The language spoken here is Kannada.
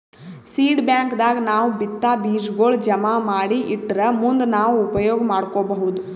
ಸೀಡ್ ಬ್ಯಾಂಕ್ ದಾಗ್ ನಾವ್ ಬಿತ್ತಾ ಬೀಜಾಗೋಳ್ ಜಮಾ ಮಾಡಿ ಇಟ್ಟರ್ ಮುಂದ್ ನಾವ್ ಉಪಯೋಗ್ ಮಾಡ್ಕೊಬಹುದ್